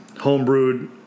home-brewed